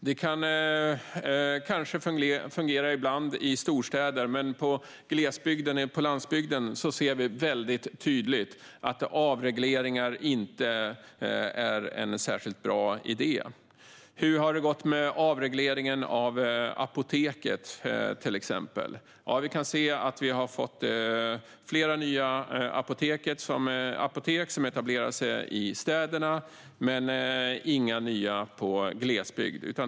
Det kan kanske fungera ibland i storstäder, men i glesbygd och på landsbygden ser vi tydligt att avregleringar inte är en särskilt bra idé. Hur har det till exempel gått med avregleringen av apoteken? Vi kan se att vi har fått flera nya apotek som etablerar sig i städerna men inga nya i glesbygd.